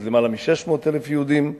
אז למעלה מ-600,000 יהודים.